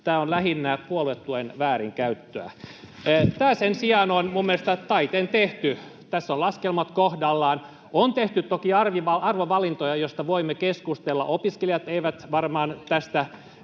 [Naurua perussuomalaisten ryhmästä] Tämä sen sijaan on minun mielestäni taiten tehty. Tässä ovat laskelmat kohdallaan. On tehty toki arvovalintoja, joista voimme keskustella. Opiskelijat eivät varmaan tästä